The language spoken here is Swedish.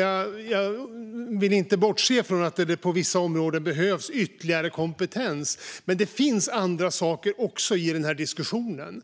Jag vill inte bortse från att det på vissa områden behövs ytterligare kompetens, men det finns också andra saker i den här diskussionen.